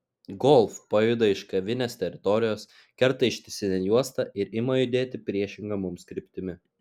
golf pajuda iš kavinės teritorijos kerta ištisinę juostą ir ima judėti priešinga mums kryptimi